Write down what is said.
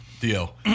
deal